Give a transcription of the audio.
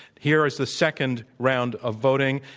here is the second round of voting.